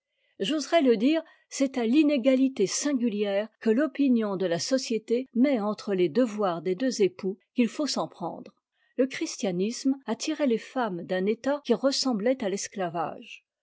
j'oserai le dire c'est à j'inégahté singulière que l'opinion de la société met entre les devoirs des deux époux qu'il faut s'en prendre le christianisme a tiré les femmes d'un état qui ressemblait à l'esclavage